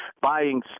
buying